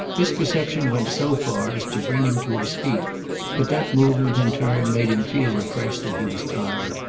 this perception went so far as to bring him to his feet but that movement, in turn, made him feel afresh that he was tired,